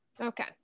Okay